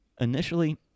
Initially